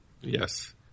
Yes